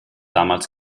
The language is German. damals